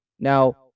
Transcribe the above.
Now